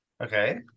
Okay